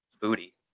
booty